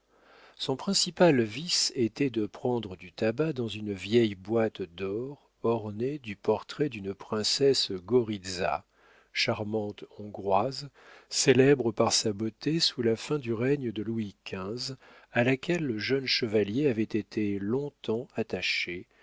son principal vice était de prendre du tabac dans une vieille boîte d'or ornée du portrait d'une princesse goritza charmante hongroise célèbre par sa beauté sous la fin du règne de louis xv à laquelle le jeune chevalier avait été longtemps attaché